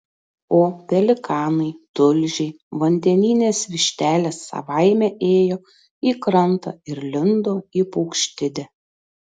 o pelikanai tulžiai vandeninės vištelės savaime ėjo į krantą ir lindo į paukštidę